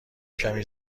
کمی